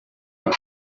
kwa